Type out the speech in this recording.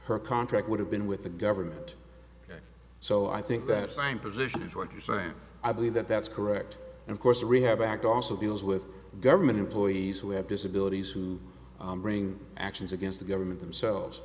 her contract would have been with the government so i think that fine position is what you say and i believe that that's correct and of course the rehab act also deals with government employees who have disabilities to bring actions against the government themselves